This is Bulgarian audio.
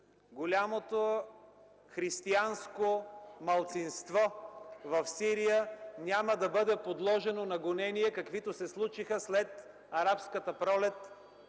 голямото християнско малцинство в Сирия няма да бъде подложено на гонения, каквито се случиха след Арабската пролет